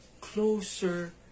closer